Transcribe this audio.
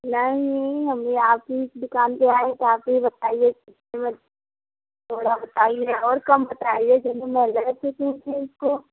नहीं हमें आपकी ही दुकान पर आए हैं तो आप ही बताइए कस्टमर थोड़ा बताइए और कम बताइए क्योंकि मैं ले सकूँ उस चीज़ को